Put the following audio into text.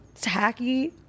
tacky